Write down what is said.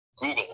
Google